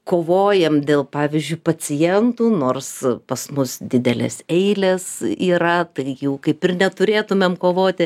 kovojam dėl pavyzdžiui pacientų nors pas mus didelės eilės yra tai jų kaip ir neturėtumėm kovoti